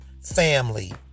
family